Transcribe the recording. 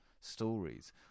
stories